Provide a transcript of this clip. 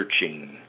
searching